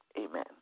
Amen